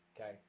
okay